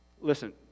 Listen